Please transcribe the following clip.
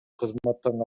кызматтан